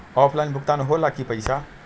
Offline भुगतान हो ला कि पईसा?